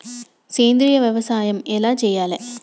సేంద్రీయ వ్యవసాయం ఎలా చెయ్యాలే?